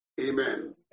Amen